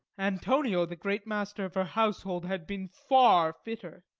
antonio, the great-master of her household, had been far fitter.